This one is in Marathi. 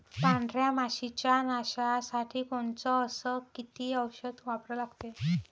पांढऱ्या माशी च्या नाशा साठी कोनचं अस किती औषध वापरा लागते?